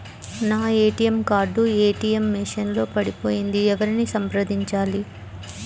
నా ATM card ATM machine లో పడిపోయింది ఎవరిని సంప్రదించాలి?